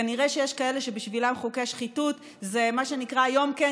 כנראה שיש כאלה שבשבילם חוקי שחיתות זה מה שנקרא: יום כן,